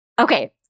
Okay